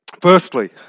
Firstly